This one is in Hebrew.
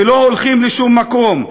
ולא הולכים לשום מקום.